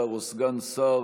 שר או סגן שר